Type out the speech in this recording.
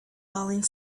falling